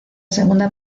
segunda